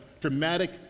dramatic